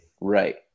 Right